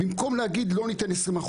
במקום להגיד לא ניתן 20%,